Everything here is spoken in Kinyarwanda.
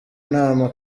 nama